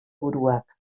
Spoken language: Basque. buruak